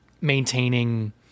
maintaining